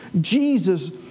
Jesus